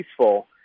peaceful